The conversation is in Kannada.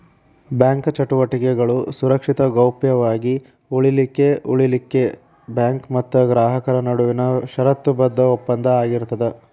ಬ್ಯಾಂಕ ಚಟುವಟಿಕೆಗಳು ಸುರಕ್ಷಿತ ಗೌಪ್ಯ ವಾಗಿ ಉಳಿಲಿಖೆಉಳಿಲಿಕ್ಕೆ ಬ್ಯಾಂಕ್ ಮತ್ತ ಗ್ರಾಹಕರ ನಡುವಿನ ಷರತ್ತುಬದ್ಧ ಒಪ್ಪಂದ ಆಗಿರ್ತದ